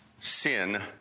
sin